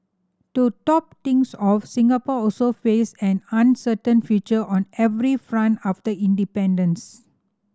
to top things off Singapore also faced an uncertain future on every front after independence